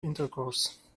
intercourse